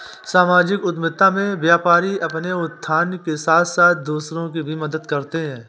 सामाजिक उद्यमिता में व्यापारी अपने उत्थान के साथ साथ दूसरों की भी मदद करते हैं